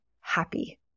happy